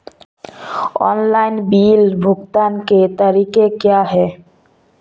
Online bill भुगतान के तरीके क्या हैं?